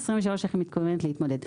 איך היא מתכוונת להתמודד.